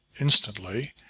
instantly